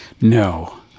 no